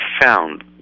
found